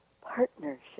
PARTNERSHIP